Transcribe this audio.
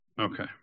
Okay